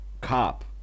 cop